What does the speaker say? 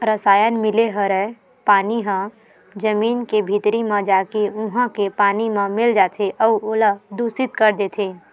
रसायन मिले हरय पानी ह जमीन के भीतरी म जाके उहा के पानी म मिल जाथे अउ ओला दुसित कर देथे